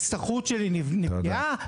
ההשתכרות שלי נפגעה,